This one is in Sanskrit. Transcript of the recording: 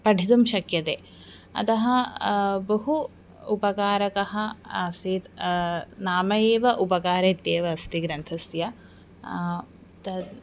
पठितुं शक्यते अतः बहु उपकारकः आसीत् नाम एव उपकारः इत्येव अस्ति ग्रन्थस्य तद्